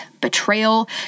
betrayal